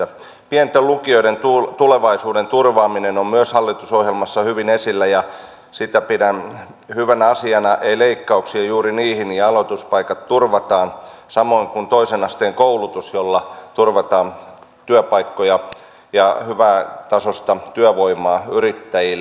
myös pienten lukioiden tulevaisuuden turvaaminen on hallitusohjelmassa hyvin esillä ja sitä pidän hyvänä asiana ei leikkauksia juuri niihin ja aloituspaikat turvataan samoin kuin toisen asteen koulutus jolla turvataan työpaikkoja ja hyvätasoista työvoimaa yrittäjille